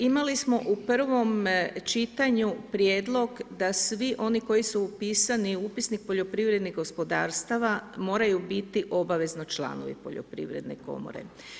Imali smo u prvom čitanju prijedlog da svi oni koji su upisani u upisnik poljoprivrednih gospodarstava moraju biti obavezno članovi Poljoprivredne komore.